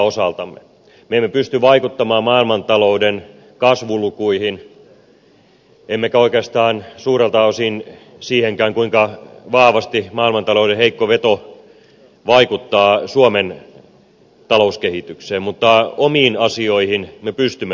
me emme pysty vaikuttamaan maailmantalouden kasvulukuihin emmekä oikeastaan suurelta osin siihenkään kuinka vahvasti maailmantalouden heikko veto vaikuttaa suomen talouskehitykseen mutta omiin asioihin me pystymme vaikuttamaan